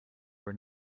were